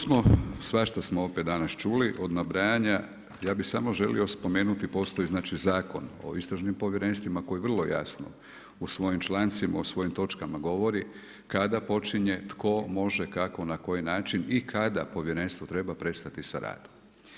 Svašta smo opet danas čuli od nabrajanja, ja bi samo želio spomenuti, postoji Zakon o istražim povjerenstvima koji vrlo jasno u svojim člancima, u svojim točkama govori kada počinje, tko može, kako i na koji način i kada Povjerenstvo treba prestati sa radom.